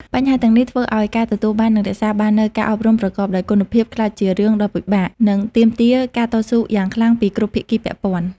បញ្ហាទាំងនេះធ្វើឱ្យការទទួលបាន និងរក្សាបាននូវការអប់រំប្រកបដោយគុណភាពក្លាយជារឿងដ៏ពិបាក និងទាមទារការតស៊ូយ៉ាងខ្លាំងពីគ្រប់ភាគីពាក់ព័ន្ធ។